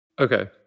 Okay